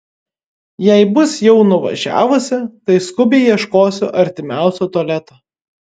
jei bus jau nuvažiavusi tai skubiai ieškosiu artimiausio tualeto